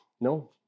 No